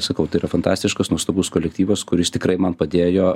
sakau tai yra fantastiškas nuostabus kolektyvas kuris tikrai man padėjo